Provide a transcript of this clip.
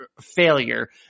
failure